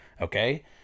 Okay